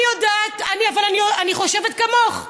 אני חושבת כמוך.